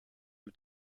mit